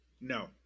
No